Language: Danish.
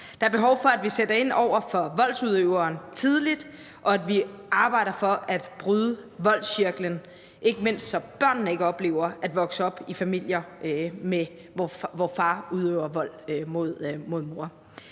Der er behov for, at vi sætter ind over for voldsudøveren tidligt, og at vi arbejder for at bryde voldscirklen, ikke mindst så børn ikke oplever at vokse op i familier, hvor far udøver vold mod mor.